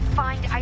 find